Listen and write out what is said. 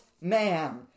man